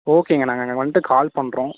ஓகேங்க நாங்கள் அங்கே வந்துட்டு கால் பண்ணுறோம்